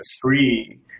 three